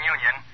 Union